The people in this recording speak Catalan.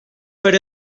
per